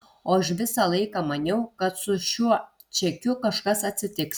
o aš visą laiką maniau kad su šiuo čekiu kažkas atsitiks